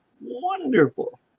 wonderful